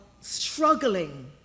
struggling